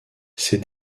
ces